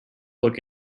look